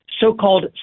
so-called